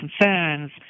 concerns